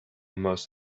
most